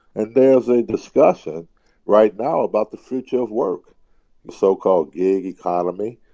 and there's a discussion right now about the future of work, the so-called gig economy.